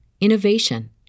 innovation